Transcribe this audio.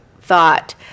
thought